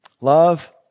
Love